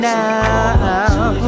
now